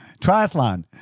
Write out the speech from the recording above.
triathlon